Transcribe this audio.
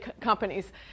companies